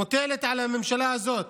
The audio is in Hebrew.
מוטלת על הממשלה הזאת